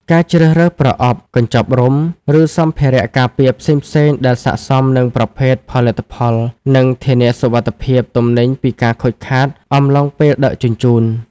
ការជ្រើសរើសប្រអប់ កញ្ចប់រុំ ឬសម្ភារៈការពារផ្សេងៗដែលស័ក្តិសមនឹងប្រភេទផលិតផល និងធានាសុវត្ថិភាពទំនិញពីការខូចខាតអំឡុងពេលដឹកជញ្ជូន។